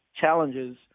challenges